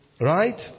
Right